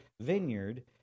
vineyard